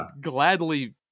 gladly